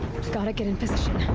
gotta get in position.